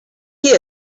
qui